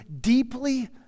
deeply